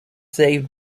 saved